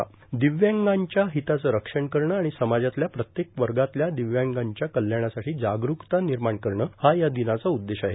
र्दव्यांगांच्या र्हिताचं रक्षण करणं र्णाण समाजातल्या प्रत्येक वगातल्या र्दिव्यांगांच्या कल्याणासाठी जागरुकता र्निमाण करणं हा या र्दिनाचा उद्देश आहे